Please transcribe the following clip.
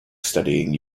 studying